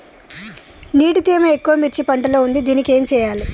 నీటి తేమ ఎక్కువ మిర్చి పంట లో ఉంది దీనికి ఏం చేయాలి?